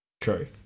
True